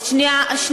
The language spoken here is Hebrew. יש תמונות.